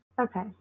Okay